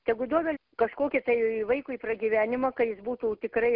tegu duoda kažkokį tai vaikui pragyvenimą ka jis būtų tikrai